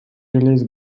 release